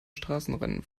straßenrennen